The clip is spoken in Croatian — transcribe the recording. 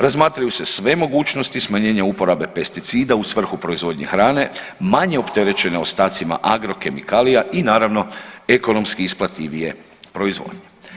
Razmatraju se sve mogućnosti smanjenja uporabe pesticida u svrhu proizvodnje hrane manje opterećene ostacima agrokemikalija i naravno ekonomski isplativije proizvodnje.